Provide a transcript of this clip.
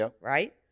right